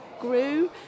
grew